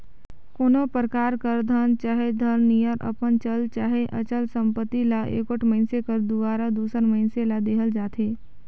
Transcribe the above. कोनो परकार कर धन चहे धन नियर अपन चल चहे अचल संपत्ति ल एगोट मइनसे कर दुवारा दूसर मइनसे ल देहल जाथे